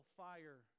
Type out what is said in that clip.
fire